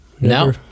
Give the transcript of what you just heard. no